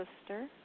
sister